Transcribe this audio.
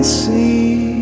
see